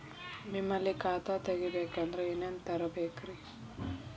ನಿಮ್ಮಲ್ಲಿ ಖಾತಾ ತೆಗಿಬೇಕಂದ್ರ ಏನೇನ ತರಬೇಕ್ರಿ?